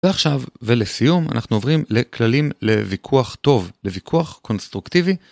ועכשיו, ולסיום, אנחנו עוברים לכללים לוויכוח טוב, לוויכוח קונסטרוקטיבי.